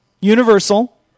universal